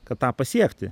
kad tą pasiekti